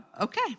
okay